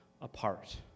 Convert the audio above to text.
apart